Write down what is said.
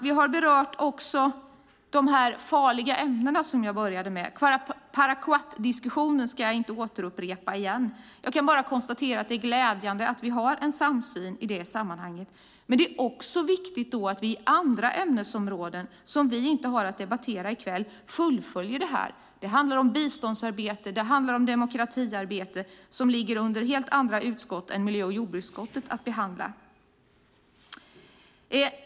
Vi har berört också de farliga ämnena, som jag började med. Parakvatdiskussionen ska jag inte upprepa. Jag kan bara konstatera att det är glädjande att vi har en samsyn i det sammanhanget. Men det är också viktigt att vi fullföljer det här inom andra ämnesområden, som vi inte har att debattera i kväll. Det handlar om biståndsarbete och demokratiarbete, som behandlas av andra utskott än miljö och jordbruksutskottet.